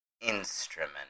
instrument